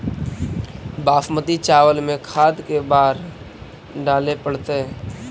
बासमती चावल में खाद के बार डाले पड़तै?